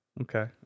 Okay